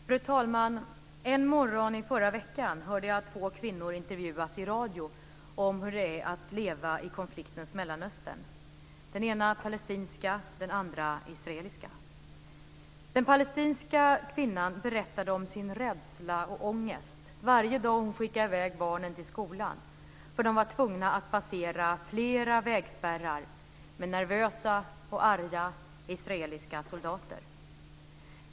Fru talman! En morgon i förra veckan hörde jag två kvinnor intervjuas i radio om hur det är att leva i konfliktens Mellanöstern. Den ena var palestinska och den andra israeliska. Den palestinska kvinnan berättade om sin rädsla och ångest varje dag när hon skickade i väg barnen till skolan, för de var tvungna att passera flera vägspärrar med nervösa och arga israeliska soldater.